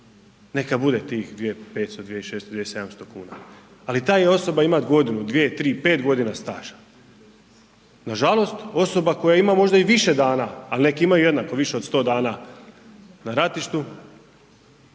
neka bude tih 2500, 2600, 2.700 kuna, ali … osoba ima godinu, dvije, tri, pet godina staža. Nažalost, osoba koja ima možda i više dana, ali neka imaju jednako više od sto dana na ratištu,